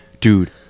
dude